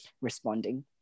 responding